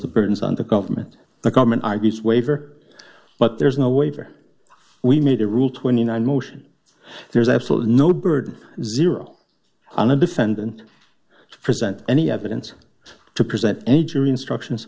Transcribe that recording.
the burdens on the government the government argues waiver but there's no waiver we need a rule twenty nine motion there's absolutely no bird zero on the defendant to present any evidence to present any jury instructions